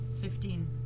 Fifteen